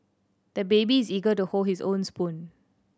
the baby is eager to hold his own spoon